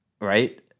right